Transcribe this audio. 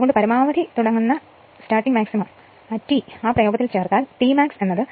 അതുകൊണ്ട് പരമാവധി തുടങ്ങുന്ന T ആ പ്രയോഗത്തിൽ ചേർത്താൽ T max